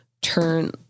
turn